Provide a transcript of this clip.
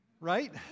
right